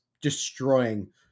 destroying